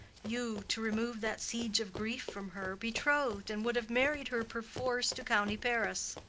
you, to remove that siege of grief from her, betroth'd and would have married her perforce to county paris.